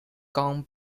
gone